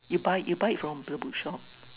you buy you buy it from the book shop